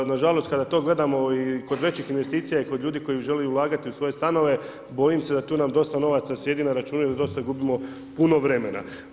Nažalost, kada to gledamo i kod većih investicija i kod ljudi koji žele ulagati u svoje stanove, bojim se da tu nam dosta novaca sjedi na računu i da dosta gubimo puno vremena.